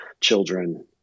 children